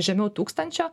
žemiau tūkstančio